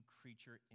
creature